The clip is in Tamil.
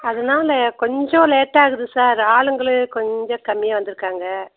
அதனால கொஞ்சம் லேட் ஆகுது சார் ஆளுங்களே கொஞ்சம் கம்மியாக வந்திருக்காங்க